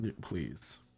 please